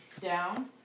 Down